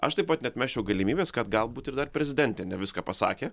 aš taip pat neatmesčiau galimybės kad galbūt ir dar prezidentė ne viską pasakė